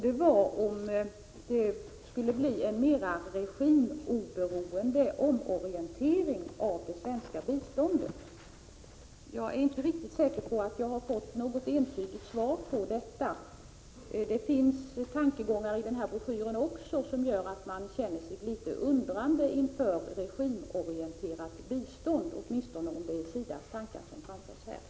Den gällde om det skulle bli en mera regimoberoende omorientering av det svenska biståndet. Jag är inte riktigt säker på att jag har fått något entydigt svar på den frågan. Det finns i den här broschyren tankegångar som gör att man ställer sig litet undrande inför regimorienterat bistånd, åtminstone om det är SIDA:s tankar som framförs i broschyren.